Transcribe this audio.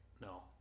No